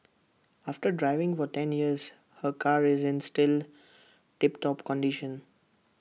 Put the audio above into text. after driving for ten years her car is in still tip top condition